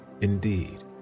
indeed